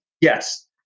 yes